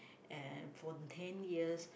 and for ten years